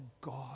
God